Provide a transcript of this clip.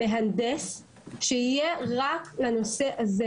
מהנדס שיהיה רק לנושא הזה,